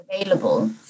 available